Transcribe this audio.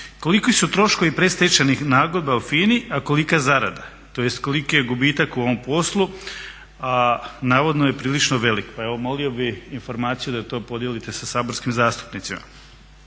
Koliki su troškovi predstečajnih nagodba u FINA-i, a kolika zarada, tj. koliki je gubitak u ovom poslu, a navodno je prilično velik pa evo molio bih informaciju da to podijelite sa saborskim zastupnicima.